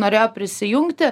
norėjo prisijungti